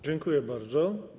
Dziękuję bardzo.